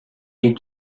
est